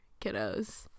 kiddos